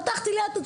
אז פתחתי קצת,